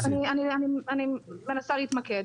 אני מנסה להתמקד.